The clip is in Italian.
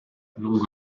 lungo